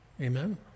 Amen